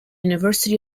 university